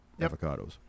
avocados